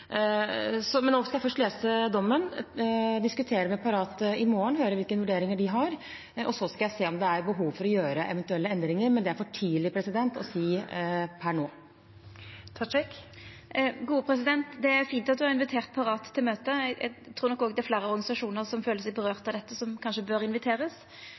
så skal jeg se om det er behov for å gjøre eventuelle endringer, men det er for tidlig å si per nå. Det er fint at statsråden har invitert Parat til møte, men eg trur nok òg det er fleire organisasjonar som føler at dette vedkjem dei, og som kanskje bør